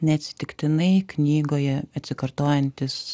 neatsitiktinai knygoje atsikartojantis